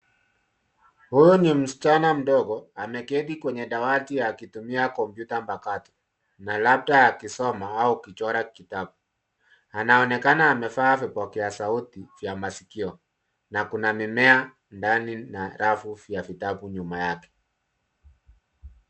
Huyu ni msichana mdogo ameketi kwenye dawati akitumia kompyuta mpakato na labda akisoma au akichora kitabu. Anaonekana amevaa vipokea sauti vya masikio na kuna mimea ndani na rafu vya vitabu nyuma yake.